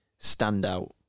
standout